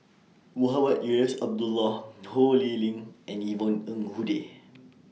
Mohamed Eunos Abdullah Ho Lee Ling and Yvonne Ng Uhde